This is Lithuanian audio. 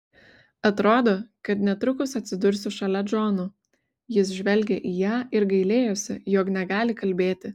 atrodo kad netrukus atsidursiu šalia džono jis žvelgė į ją ir gailėjosi jog negali kalbėti